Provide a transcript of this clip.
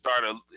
started